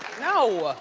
no!